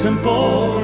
Simple